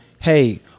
hey